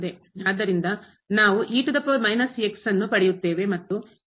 ಆದ್ದರಿಂದ ನಾವು ಅನ್ನು ಪಡೆಯುತ್ತೇವೆ ಮತ್ತು ಇಲ್ಲಿ ಯಾವುದೇ ಪದವಿಲ್ಲ